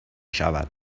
شود